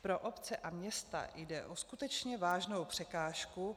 Pro obce a města jde o skutečně vážnou překážku.